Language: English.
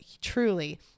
truly